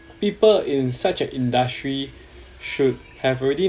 people in such a industry should have already